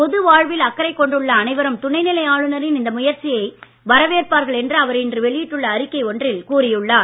பொது வாழ்வில் அக்கறைக் கொண்டுள்ள அனைவரும் துணைநிலை ஆளுநரின் இந்த முயற்சியை வரவேற்பார்கள் என அவர் இன்று வெளியிட்டுள்ள அறிக்கை ஒன்றில் கூறியுள்ளார்